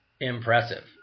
impressive